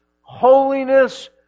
holiness